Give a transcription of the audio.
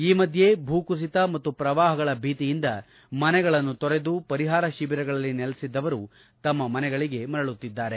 ಈ ಮಧ್ಯೆ ಭೂಕುಸಿತ ಮತ್ತು ಶ್ರವಾಹಗಳ ಭೀತಿಯಿಂದ ಮನೆಗಳನ್ನು ತೊರೆದು ಪರಿಹಾರ ಶಿವಿರಗಳಲ್ಲಿ ನೆಲೆಸಿದ್ದವರು ತಮ್ನ ಮನೆಗಳಿಗೆ ಮರಳುತ್ತಿದ್ದಾರೆ